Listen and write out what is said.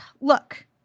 look